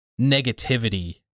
negativity